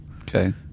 Okay